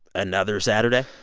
another saturday?